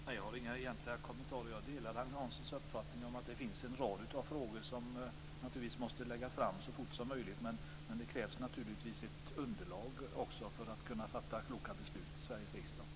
Fru talman! Jag har egentligen inga kommentarer. Jag delar Agne Hanssons uppfattning att det finns en rad frågor där förslag måste läggas fram så fort som möjligt. Men det krävs naturligtvis också ett underlag för att kunna fatta kloka beslut i Sveriges riksdag.